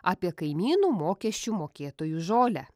apie kaimynų mokesčių mokėtojų žolę